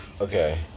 Okay